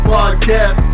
Podcast